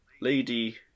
Lady